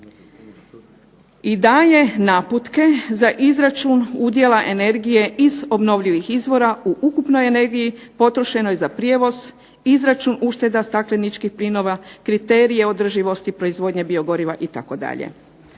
I dalje naputke za izračun udjela energije iz obnovljivih izvora u ukupnoj energije potrošenoj za prijevoz, izračun ušteda stakleničkih plinova, kriterije održivosti proizvodnje biogoriva itd.